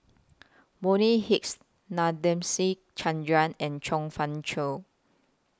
Bonny Hicks Nadasen Chandra and Chong Fah Cheong